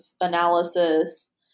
analysis